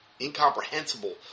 incomprehensible